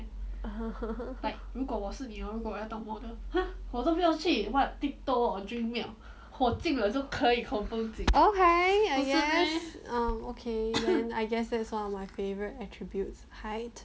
okay I guess um okay I guess that's one of my favorite attributes height